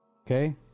okay